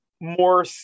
more